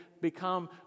become